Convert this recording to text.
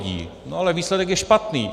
No ale výsledek je špatný!